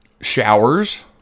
showers